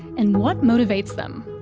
and what motivates them.